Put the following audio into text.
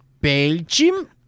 Belgium